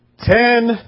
ten